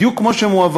בדיוק כמו שמועברים,